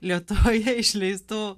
lietuvoje išleistų